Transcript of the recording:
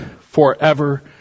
forever